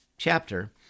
chapter